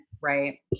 Right